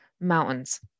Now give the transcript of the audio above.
Mountains